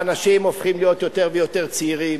האנשים הופכים להיות יותר ויותר צעירים,